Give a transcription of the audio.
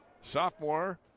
Sophomore